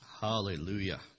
Hallelujah